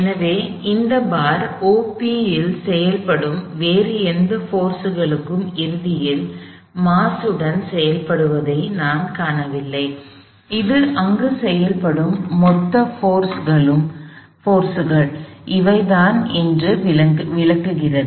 எனவே இந்த bar OP இல் செயல்படும் வேறு எந்த போர்ஸ்களும் இறுதியில் மாஸ் உடன் செயல்படுவதை நான் காணவில்லை இது அங்கு செயல்படும் மொத்த போர்ஸ்கள் இவை தான் என்று விளக்குகிறது